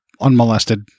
unmolested